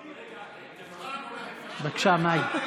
בבקשה, מאי.